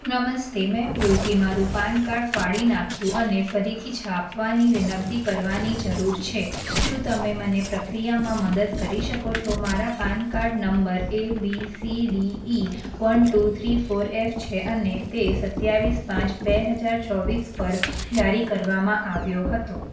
નમસ્તે મેં ભૂલથી મારું પાન કાર્ડ ફાડી નાખ્યું અને ફરીથી છાપવાની વિનંતી કરવાની જરૂર છે શું તમે મને પ્રક્રિયામાં મદદ કરી શકો છો મારા PAN card number A B C D E one two three four F છે અને તે સત્તાવીસ પાંચ બે હજાર ચોવીસ પર જારી કરવામાં આવ્યો હતો